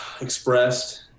Expressed